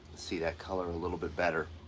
see that color a little bit better.